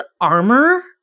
armor